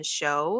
show